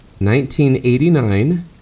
1989